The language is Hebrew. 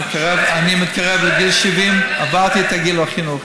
אני מתקרב לגיל 70. עברתי את גיל החינוך,